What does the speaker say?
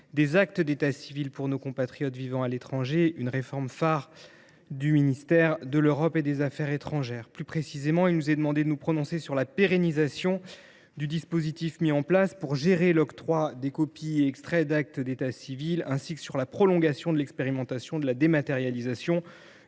des actes d’état civil pour nos compatriotes vivant à l’étranger, soit une réforme phare du MEAE. Plus précisément, il nous est demandé de nous prononcer sur la pérennisation définitive du dispositif mis en place pour gérer l’octroi des copies et extraits d’actes d’état civil, ainsi que sur la prolongation de l’expérimentation de la dématérialisation